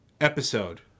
episode